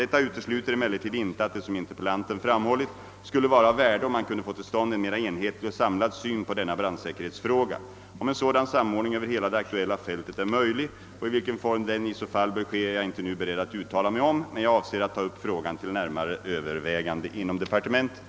Detta utesluter emellertid inte att det, som interpellanten framhållit, skulle vara av värde om man kunde få till stånd en mera enhetlig och samlad syn på denna brandsäkerhetsfråga. Om en sådan samordning över hela det aktuella fältet är möjlig och i vilken form den i så fall bör ske är jag inte nu beredd att uttala mig om, men jag avser att ta upp frågan till närmare Övervägande inom departementet.